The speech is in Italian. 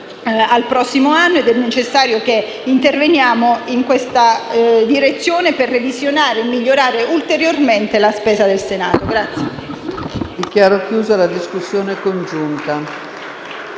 al prossimo anno ed è necessario intervenire in questa direzione, per revisionare e migliorare ulteriormente la spesa del Senato.